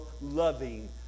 loving